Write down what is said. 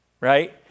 right